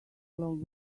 along